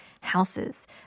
houses